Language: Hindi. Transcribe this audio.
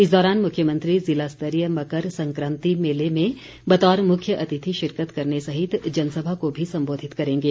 इस दौरान मुख्यमंत्री ज़िलास्तरीय मकर संक्रांति मेले में बतौर मुख्य अतिथि शिरकत करने सहित जनसभा को भी संबोधित करेंगे